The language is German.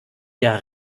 der